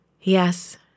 Yes